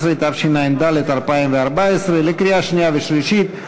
111), התשע"ד 2014, לקריאה שנייה ולקריאה שלישית.